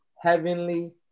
heavenly